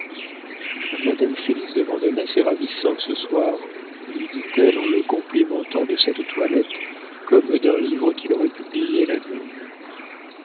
madame félix de vandenesse est ravissante ce soir lui dit-elle en le complimentant de cette toilette comme d'un livre qu'il aurait publié la veille